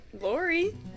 Lori